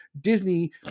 disney